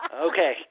Okay